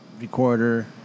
recorder